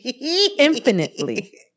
infinitely